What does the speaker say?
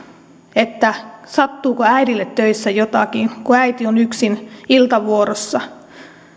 sattuuko äidille töissä jotakin kun äiti on yksin iltavuorossa